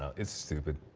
it's stupid.